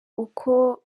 uko